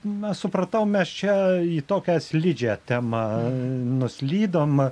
na supratau mes čia į tokią slidžią temą nuslydom